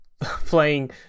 playing